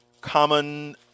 common